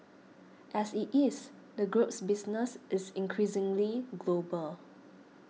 as it is the group's business is increasingly global